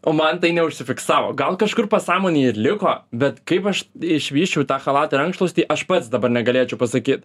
o man tai neužsifiksavo gal kažkur pasąmonėj ir liko bet kaip aš išvysčiau tą chalatą ir rankšluostį aš pats dabar negalėčiau pasakyt